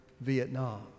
Vietnam